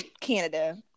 Canada